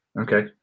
Okay